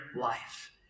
life